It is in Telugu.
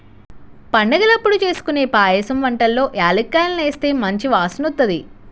పండగలప్పుడు జేస్కొనే పాయసం వంటల్లో యాలుక్కాయాలేస్తే మంచి వాసనొత్తది